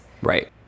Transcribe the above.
right